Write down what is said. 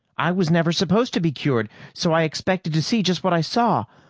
i was never supposed to be cured, so i expected to see just what i saw.